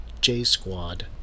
J-Squad